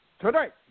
Tonight